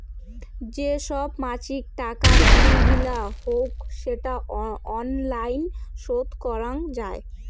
যে সব মাছিক টাকার বিল গিলা হউক সেটা অনলাইন শোধ করাং যাই